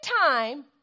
time